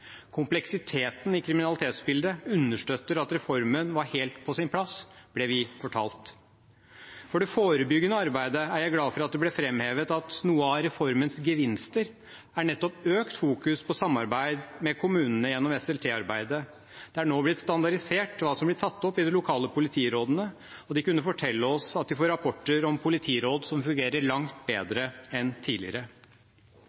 Kompleksiteten i kriminalitetsbildet understøtter at reformen var helt på sin plass, ble vi fortalt. For det forebyggende arbeidet er jeg glad for at det ble framhevet at en av reformens gevinster nettopp er økt fokus på samarbeid med kommunene gjennom SLT-arbeidet. Det er nå blitt standardisert hva som blir tatt opp i de lokale politirådene, og de kunne fortelle oss at de får rapporter om politiråd som fungerer langt